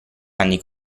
anni